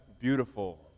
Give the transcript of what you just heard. beautiful